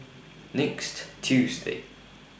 next Tuesday